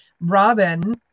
robin